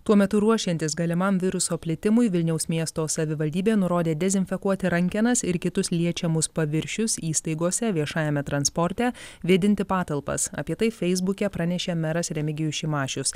tuo metu ruošiantis galimam viruso plitimui vilniaus miesto savivaldybė nurodė dezinfekuoti rankenas ir kitus liečiamus paviršius įstaigose viešajame transporte vėdinti patalpas apie tai feisbuke pranešė meras remigijus šimašius